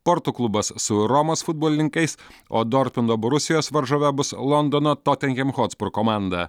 porto klubas su romos futbolininkais o dortmundo borusijos varžove bus londono totenhem hotspur komanda